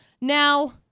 Now